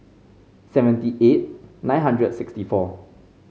seventy eight nine hundred and sixty four